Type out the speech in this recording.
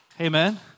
Amen